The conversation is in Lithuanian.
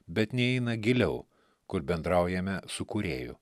bet neįeina giliau kur bendraujame su kūrėju